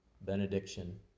benediction